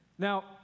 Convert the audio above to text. Now